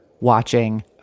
watching